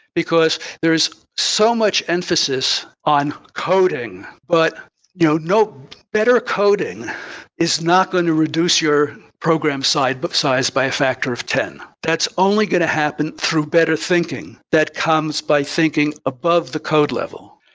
because there's so much emphasis on coding, but no no better coding is not going to reduce your program size but size by a factor of ten. that's only going to happen through better thinking. that comes by thinking above the code level.